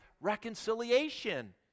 reconciliation